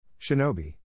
Shinobi